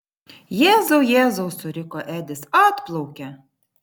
jėzau jėzau suriko edis atplaukia